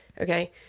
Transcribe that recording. Okay